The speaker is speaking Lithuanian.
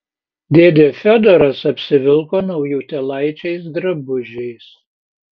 dėdė fiodoras apsivilko naujutėlaičiais drabužiais